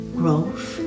growth